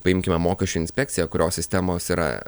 paimkime mokesčių inspekciją kurios sistemos yra